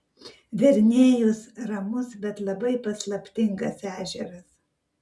verniejus ramus bet labai paslaptingas ežeras